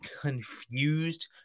confused